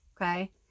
okay